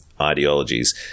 ideologies